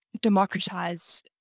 democratize